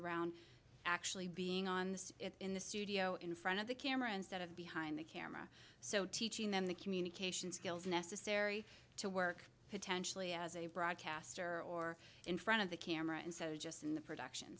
around actually being on the in the studio in front of the camera instead of behind the camera so teaching them the communication skills necessary to work potentially as a broadcaster or in front of the camera and so just in the production